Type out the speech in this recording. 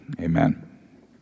Amen